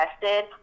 tested